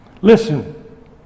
Listen